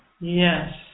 Yes